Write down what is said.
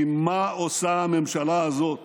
כי מה עושה הממשלה הזאת